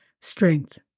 strength